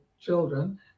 children